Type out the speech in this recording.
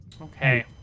Okay